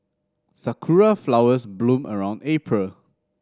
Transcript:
Sakura flowers bloom around April